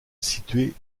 située